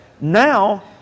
now